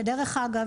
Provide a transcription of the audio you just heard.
שדרך אגב,